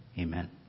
Amen